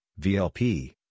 VLP